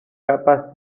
capas